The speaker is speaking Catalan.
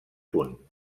punt